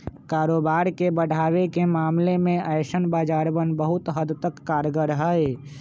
कारोबार के बढ़ावे के मामले में ऐसन बाजारवन बहुत हद तक कारगर हई